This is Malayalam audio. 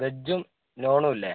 വെജ്ജും നോണുമില്ലേ